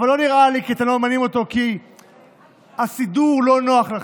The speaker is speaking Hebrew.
אבל לא נראה לי שאתם לא ממנים כי הסידור לא נוח לכם,